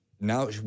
now